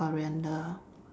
coriander